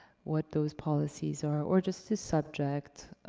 what those policies are. or just the subject,